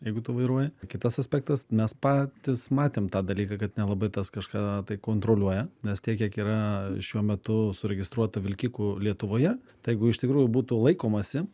jeigu tu vairuoji kitas aspektas mes patys matėm tą dalyką kad nelabai tas kažką tai kontroliuoja nes tiek kiek yra šiuo metu suregistruota vilkikų lietuvoje tai jeigu iš tikrųjų būtų laikomasi